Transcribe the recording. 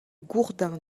gourdin